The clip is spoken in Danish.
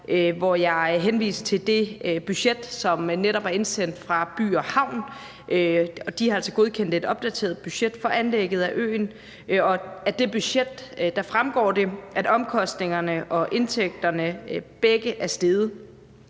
hvor jeg henviste til det budget, som netop er indsendt fra By & Havn, som altså har godkendt et opdateret budget for anlægget af øen, og af det budget fremgår det, at omkostningerne og indtægterne begge er steget.